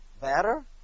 better